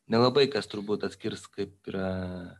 nelabai kas turbūt atskirs kaip yra